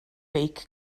beic